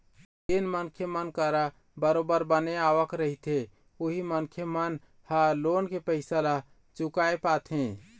जेन मनखे मन करा बरोबर बने आवक रहिथे उही मनखे मन ह लोन के पइसा ल चुकाय पाथे